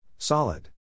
Solid